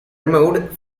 removed